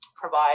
provide